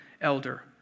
elder